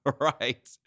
right